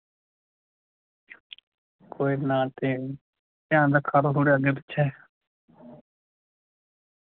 कोई ना ते ध्यान रक्खा करो थोह्ड़े अग्गै पिच्छै